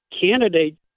candidate